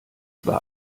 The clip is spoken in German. war